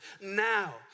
now